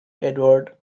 edward